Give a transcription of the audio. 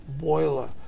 boiler